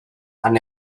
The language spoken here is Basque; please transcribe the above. han